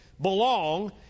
belong